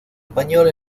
español